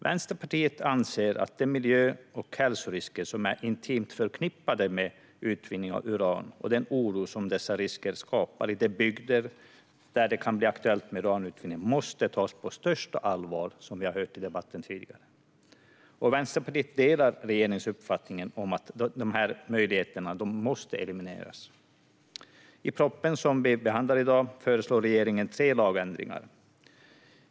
Vänsterpartiet anser att de miljö och hälsorisker som är intimt förknippade med utvinning av uran och den oro som dessa risker skapar i de bygder där det kan bli aktuellt med uranutvinning måste tas på största allvar. Vi har också hört detta tidigare i debatten. Vänsterpartiet delar regeringens uppfattning att dessa möjligheter måste elimineras. I den proposition som vi behandlar i dag föreslår regeringen tre lagändringar.